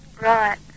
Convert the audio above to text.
Right